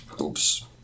oops